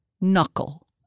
Knuckle